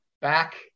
back